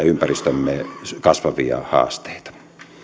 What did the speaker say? ympäristömme kasvavia haasteita